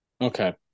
Okay